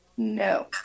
No